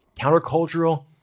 countercultural